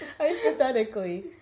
Hypothetically